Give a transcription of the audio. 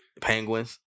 Penguins